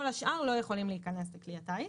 כל השאר לא יכולים להיכנס לטרמינל הנוסעים.